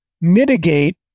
mitigate